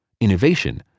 Innovation